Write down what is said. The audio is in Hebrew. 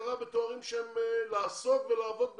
הכרה בתארים לעסוק ולעבוד בזה.